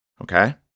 Okay